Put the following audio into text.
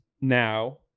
now